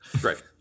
Great